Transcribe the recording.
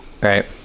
Right